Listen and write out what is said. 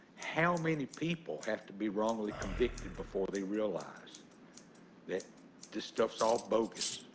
how many people have to be wrongly convicted before they realize that this stuff's all bogus?